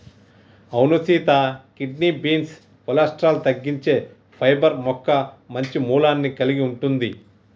అవును Sita kidney beans cholesterol తగ్గించే fibre మొక్క మంచి మూలాన్ని కలిగి ఉంటుంది